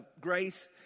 grace